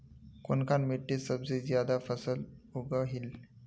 कुनखान मिट्टी सबसे ज्यादा फसल उगहिल?